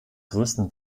größten